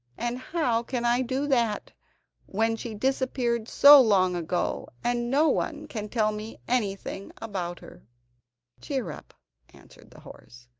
and how can i do that when she disappeared so long ago, and no one can tell me anything about her cheer up answered the horse,